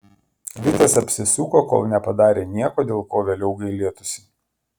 vitas apsisuko kol nepadarė nieko dėl ko vėliau gailėtųsi